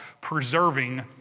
preserving